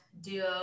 duo